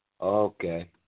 Okay